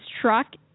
truck